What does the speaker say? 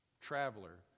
traveler